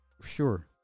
sure